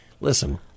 Listen